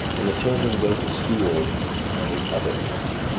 and the children go to school on the other track.